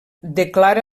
declara